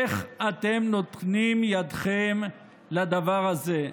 איך אתם נותנים ידכם לדבר הזה?